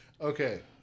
Okay